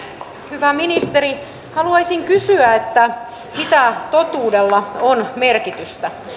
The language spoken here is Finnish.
hyvä ministeri haluaisin kysyä mitä totuudella on merkitystä